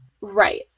Right